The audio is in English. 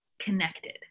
connected